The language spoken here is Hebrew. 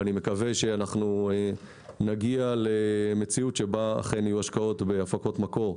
אני מקווה שנגיע למציאות שבה אכן יהיו השקעות בהפקות מקור,